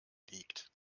liegt